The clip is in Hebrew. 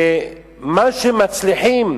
ומה שמצליחים